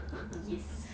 yes